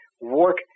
work